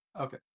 Okay